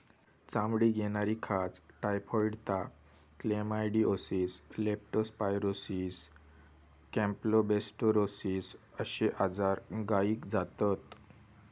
चामडीक येणारी खाज, टायफॉइड ताप, क्लेमायडीओसिस, लेप्टो स्पायरोसिस, कॅम्पलोबेक्टोरोसिस अश्ये आजार गायीक जातत